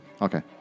Okay